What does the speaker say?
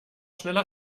schneller